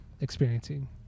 experiencing